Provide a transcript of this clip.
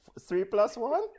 three-plus-one